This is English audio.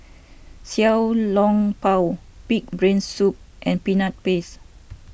Xiao Long Bao Pig Brain Soup and Peanut Paste